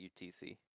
UTC